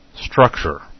structure